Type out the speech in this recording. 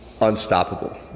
unstoppable